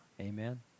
Amen